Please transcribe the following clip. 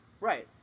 Right